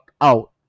out